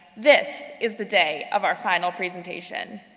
this is the day of our final presentation.